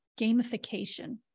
gamification